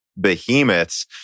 behemoths